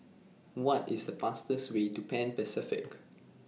What IS The fastest Way to Pan Pacific